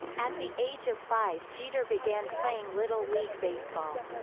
at the age of five jeter began playing little league baseball.